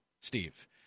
Steve